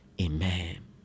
amen